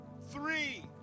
three